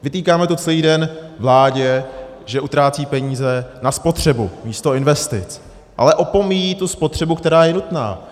Vytýkáme to celý den vládě, že utrácí peníze na spotřebu místo investic, ale opomíjí tu spotřebu, která je nutná.